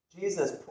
Jesus